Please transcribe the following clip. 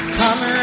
come